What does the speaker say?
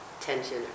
Tension